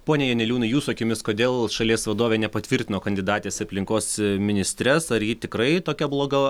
pone janeliūnai jūsų akimis kodėl šalies vadovė nepatvirtino kandidatės į aplinkos ministres ar ji tikrai tokia bloga